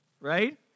Right